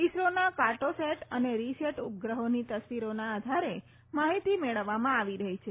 ઈસરોના કાર્ટોસેટ અને રીસેટ ઉપગ્રહોની તસવીરોના આધારે માહિતી મેળવવામાં આવી રફી છે